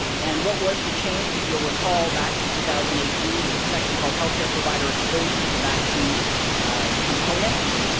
and, what was the change? if you'll recall back to two thousand and eighteen it was a section called healthcare provider exposure to vaccine components.